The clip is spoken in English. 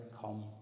come